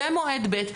ומועד ב',